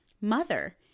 Mother